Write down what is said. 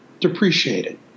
depreciated